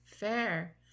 Fair